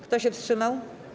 Kto się wstrzymał?